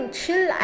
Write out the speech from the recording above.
chill